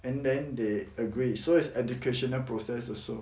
and then they agree so it's educational process also